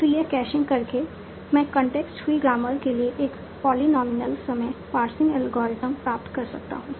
तो यह कैशिंग करके मैं Context free ग्रामर के लिए एक पॉलिनॉमियल समय पार्सिंग एल्गोरिथ्म प्राप्त कर सकता हूं